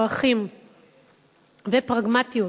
ערכים ופרגמטיות